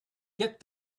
get